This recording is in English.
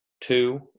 two